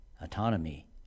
Autonomy